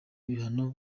ibihano